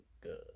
good